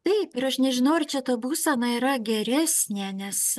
taip ir aš nežinau ar čia ta būsena yra geresnė nes